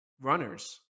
runners